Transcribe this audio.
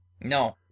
No